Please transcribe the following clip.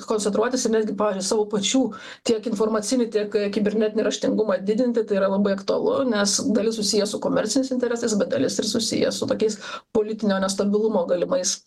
koncentruotis ir netgi savo pačių tiek informacinių tiek kibernetinį raštingumą didinti tai yra labai aktualu nes dalis susijęs su komerciniais interesais bet dalis ir susiję su tokiais politinio nestabilumo galimais